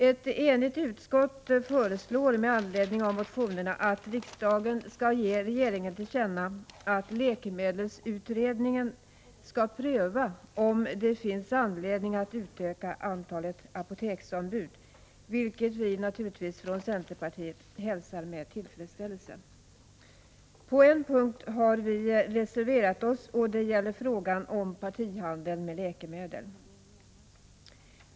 Ett enigt utskott föreslår med anledning av motionerna att riksdagen skall ge regeringen till känna att läkemedelsutredningen skall pröva om det finns anledning att utöka antalet apoteksombud, något som vi från centern naturligtvis hälsar med tillfredsställelse. På en punkt har vi från centerpartiet reserverat oss, och det gäller frågan om partihandel med läkemedel.